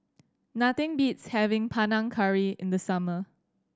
nothing beats having Panang Curry in the summer